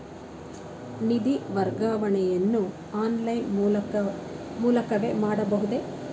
ನಿಧಿ ವರ್ಗಾವಣೆಯನ್ನು ಆನ್ಲೈನ್ ಮೂಲಕವೇ ಮಾಡಬಹುದೇ?